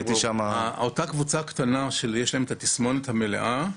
אותה קבוצה קטנה שיש להם את התסמונת מלאה,